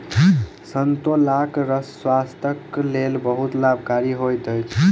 संतोलाक रस स्वास्थ्यक लेल बहुत लाभकारी होइत अछि